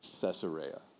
Caesarea